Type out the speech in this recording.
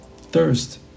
thirst